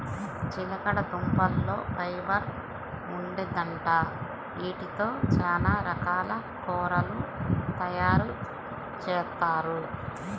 చిలకడదుంపల్లో ఫైబర్ ఉండిద్దంట, యీటితో చానా రకాల కూరలు తయారుజేత్తారు